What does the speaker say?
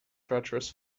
treacherous